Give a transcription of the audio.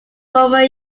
former